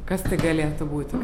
kas tai galėtų būti